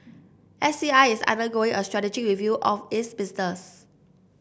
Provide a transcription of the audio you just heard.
S C I is undergoing a strategic review of its business